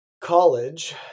college